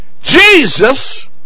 Jesus